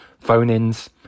phone-ins